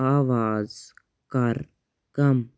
آواز کَر کَم